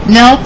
no